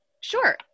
Sure